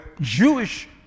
Jewish